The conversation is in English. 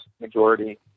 majority